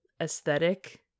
aesthetic